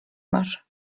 masz